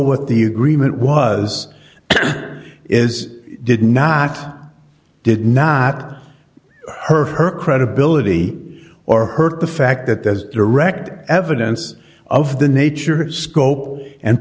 what the agreement was is did not did not hurt her credibility or hurt the fact that there's direct evidence of the nature scope and